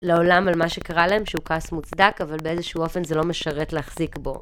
לעולם על מה שקרה להם שהוא כעס מוצדק, אבל באיזשהו אופן זה לא משרת להחזיק בו.